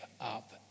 up